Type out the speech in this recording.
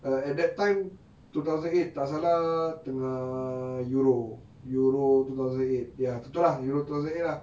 err at that time two thousand eight tak salah tengah euro euro two thousand eight ya tu ah euro two thousand eight lah